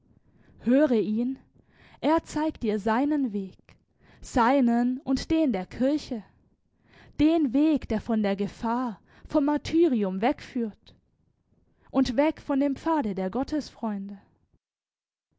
höre ihn er zeigt dir seinen weg seinen und den der kirche den weg der von der gefahr vom martyrium wegführt und weg von dem pfade der